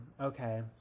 okay